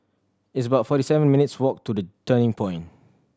it's about forty seven minutes' walk to The Turning Point